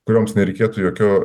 kurioms nereikėtų jokio